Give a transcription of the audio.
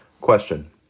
Question